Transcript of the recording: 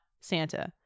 Santa